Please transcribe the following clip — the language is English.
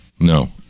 No